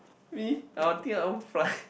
me I will think I own fly